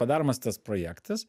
padaromas tas projektas